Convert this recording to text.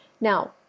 now